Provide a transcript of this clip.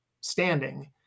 standing